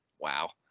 Wow